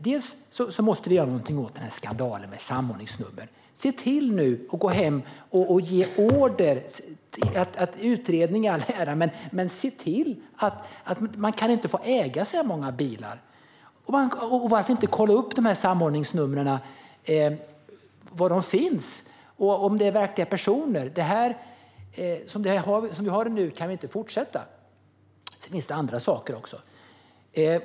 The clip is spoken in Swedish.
Vi måste först och främst göra något åt skandalen med samordningsnumren. Utredningar i all ära, men gå nu hem och se till att ge order om att man inte kan få äga så här många bilar! Varför inte kolla upp var samordningsnumren finns och om det handlar om verkliga personer? Det kan inte få fortsätta på det sätt som vi nu har det. Det finns även andra saker.